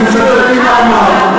אה, ממאמר.